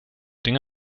dinge